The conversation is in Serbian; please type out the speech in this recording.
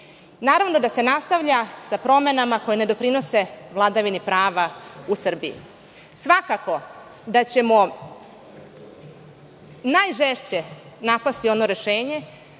da se nastavlja sa promenama koje ne doprinose vladavini prava u Srbiji. Svakako da ćemo najžešće napasti ono rešenje